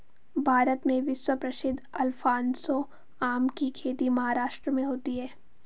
भारत में विश्व प्रसिद्ध अल्फांसो आम की खेती महाराष्ट्र में होती है